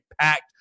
packed